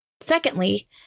Secondly